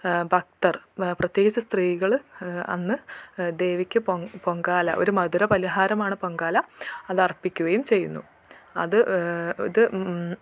ഭക്തർ പ്രത്യേകിച്ച് സ്ത്രീകൾ അന്ന് ദേവിക്ക് പൊങ്കാല ഒരു മധുര പലഹാരമാണ് പൊങ്കാല അതർപ്പിക്കുകയും ചെയ്യുന്നു അത് അത്